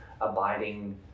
abiding